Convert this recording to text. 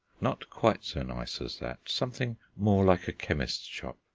not quite so nice as that something more like a chemist's shop.